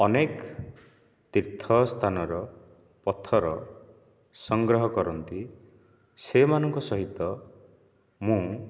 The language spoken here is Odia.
ଅନେକ ତୀର୍ଥସ୍ଥାନର ପଥର ସଂଗ୍ରହ କରନ୍ତି ସେମାନଙ୍କ ସହିତ ମୁଁ